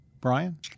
Brian